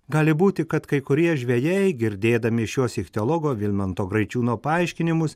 gali būti kad kai kurie žvejai girdėdami šiuos ichtiologo vilmanto graičiūno paaiškinimus